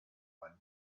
one